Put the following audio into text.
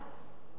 פעם שישית,